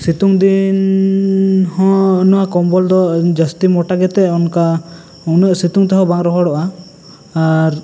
ᱥᱤᱛᱩᱝ ᱫᱤᱱᱻ ᱦᱚᱸ ᱱᱚᱣᱟ ᱠᱚᱢᱵᱚᱞ ᱫᱚ ᱡᱟᱹᱥᱛᱤ ᱢᱚᱴᱟ ᱜᱮᱛᱮ ᱚᱱᱠᱟ ᱩᱱᱟᱹᱜ ᱥᱤᱛᱩᱝ ᱛᱮᱦᱚᱸ ᱵᱟᱝ ᱨᱚᱦᱚᱲᱚᱜᱼᱟ ᱟᱨ